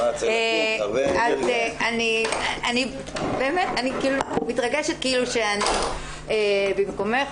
אני מתרגשת כאילו שאני במקומך,